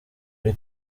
ari